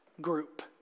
group